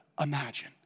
imagine